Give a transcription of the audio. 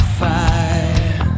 fire